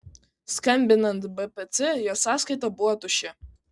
skambinant bpc jos sąskaita buvo tuščia